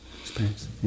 experience